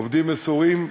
עובדים מסורים,